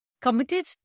committed